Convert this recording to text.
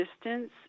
distance